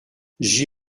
j’y